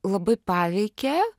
labai paveikė